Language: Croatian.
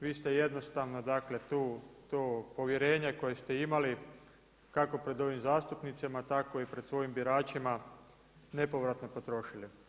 Vi ste jednostavno tu to povjerenje koje ste imali, kako pred ovim zastupnicima, tako i pred svojim biračima, nepovratno potrošili.